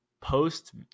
post